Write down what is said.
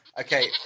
Okay